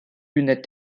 lunette